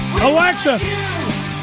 Alexa